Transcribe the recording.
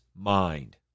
mind